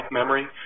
memory